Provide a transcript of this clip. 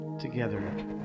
Together